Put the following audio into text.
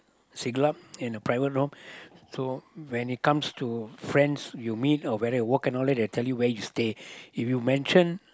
Siglap in the private north so when it comes to friends you meet or whether you work and all it they will tell you where you stay if you mention